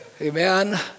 Amen